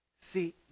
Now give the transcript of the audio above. See